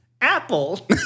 Apple